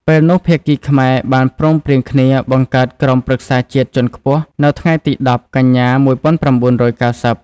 ពេលនោះភាគីខ្មែរបានព្រមព្រៀងគ្នាបង្កើតក្រុមប្រឹក្សាជាតិជាន់ខ្ពស់ នៅថ្ងៃទី១០ កញ្ញា ១៩៩០ ។